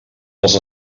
als